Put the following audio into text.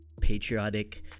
patriotic